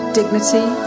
dignity